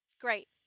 Great